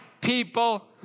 people